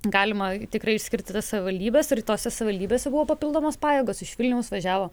galima tikrai išskirti tas savivaldybės ir tose savivaldybėse buvo papildomos pajėgos iš vilniaus važiavo